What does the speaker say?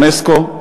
אונסק"ו,